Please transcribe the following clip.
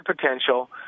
potential